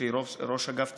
ראש אגף תכנון,